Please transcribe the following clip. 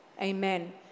Amen